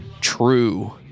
true